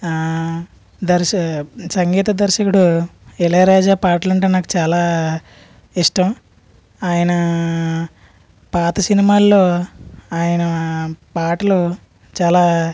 దర్శ సంగీత దర్శకుడు ఇళయరాజా పాటలు అంటే నాకు చాలా ఇష్టం ఆయన పాత సినిమాల్లో ఆయన పాటలు చాలా